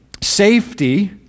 safety